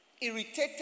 irritated